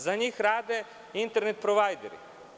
Za njih rade internet provajderi.